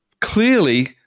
Clearly